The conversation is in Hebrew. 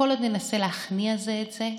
כל עוד ננסה להכניע זה את זה,